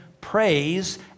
praise